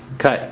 cut